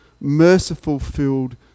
merciful-filled